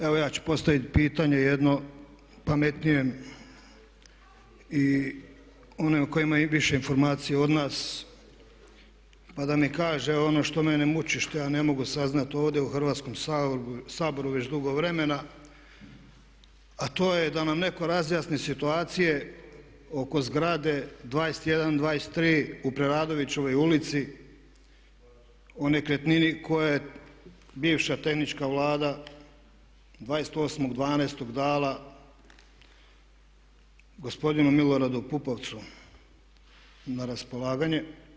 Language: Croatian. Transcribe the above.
Evo ja ću postavit pitanje jedno pametnijem i onima koji imaju više informacija od nas, pa da mi kaže ono što mene muči, što ja ne mogu saznati ovdje u Hrvatskom saboru već dugo vremena, a to je da nam netko razjasni situacije oko zgrade 21, 23 u Preradovićevoj ulici, o nekretnini koja je bivša tehnička Vlada 28.12. dala gospodinu Miloradu Pupovcu na raspolaganje.